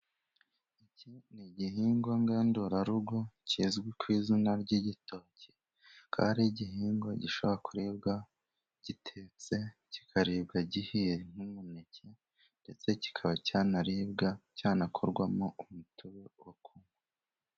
Iki ni igihingwa ngandurarugo kizwi ku izina ry'igitoki, ko ari igihingwa gishobora kuribwa gitetse, kikaribwa gihiye n'umuneke, ndetse kikaba cyanakorwamo umutobe.